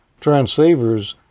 transceivers